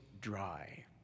dry